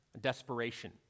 desperation